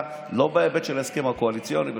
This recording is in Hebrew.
לא בהיבט של ההסכם הקואליציוני בכלל,